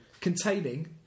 Containing